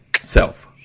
Self